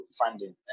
funding